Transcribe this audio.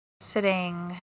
sitting